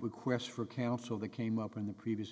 requests for counsel they came up in the previous